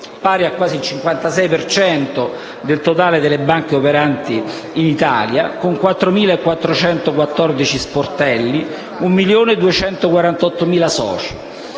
pari a quasi il 56 per cento del totale delle banche operanti in Italia, con 4.414 sportelli, 1.248.000 soci.